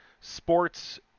Sports